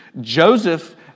Joseph